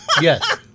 Yes